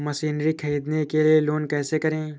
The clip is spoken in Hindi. मशीनरी ख़रीदने के लिए लोन कैसे करें?